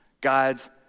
God's